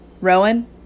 Rowan